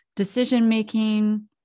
decision-making